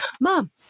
mom